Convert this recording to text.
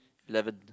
eleven